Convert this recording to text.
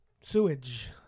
Sewage